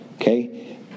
Okay